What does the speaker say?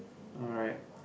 alright